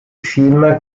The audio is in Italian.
film